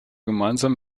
gemeinsam